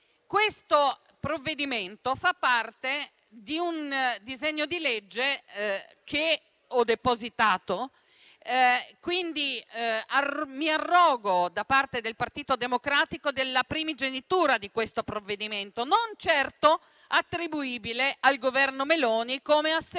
Questo provvedimento fa parte di un disegno di legge che ho depositato e quindi me ne arrogo, da parte del Partito Democratico, la primogenitura e certamente il provvedimento non è attribuibile al Governo Meloni, come asserito